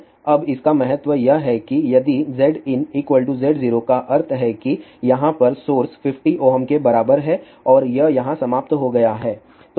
अब इसका महत्व यह है कि यदि Zin Z0 का अर्थ है कि यहाँ पर सोर्स 50 Ω के बराबर है और यह यहाँ समाप्त हो गया है